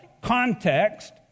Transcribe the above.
context